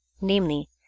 namely